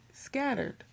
scattered